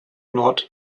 nord